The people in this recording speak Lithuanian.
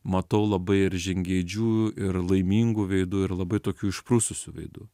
matau labai ir žingeidžių ir laimingų veidų ir labai tokių išprususių veidų